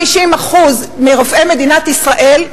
50% מרופאי מדינת ישראל,